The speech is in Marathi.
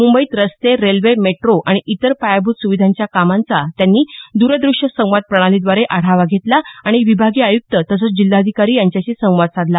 मंबईत रस्ते रेल्वे मेट्रो आणि इतर पायाभूत सुविधांच्या कामांचा त्यांनी दरदृश्य संवाद प्रणालीद्वारे आढावा घेतला आणि विभागीय आयुक्त तसंच जिल्हाधिकारी यांच्याशी संवाद साधला